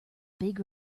big